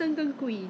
toner again